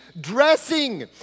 dressing